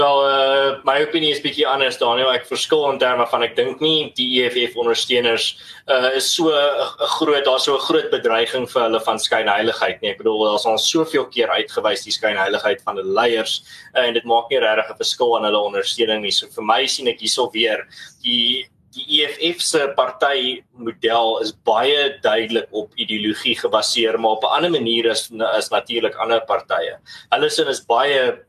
Wel, eh, my opinie is bietjie anders, Daniel. Ek verskil in terme van, ek dink nie, die EFF ondersteuners, eh, is so'n g- groot, daar is so'n groot bedreiging vir hulle van skynheiligheid nie. Ek bedoel, daar is al soveel keer uitgewees die skynheiligheid van hulle leiers, eh, en dit maak nie rarige verskil aan hulle ondersteuning nie. So, vir my sien ek hier so weer, die- die EFF partijmodel is baie duidelik op ideologie gebaseer, maar op 'n ander manier is- is natuurlijk ander partye. Hulle sin is baie